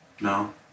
No